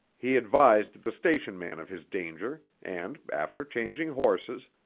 he advised the station man of his danger, and, after changing horses,